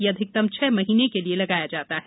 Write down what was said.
ये अधिकतम छह महीने के लिए लगाया जा सकता है